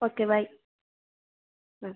okay bye ആ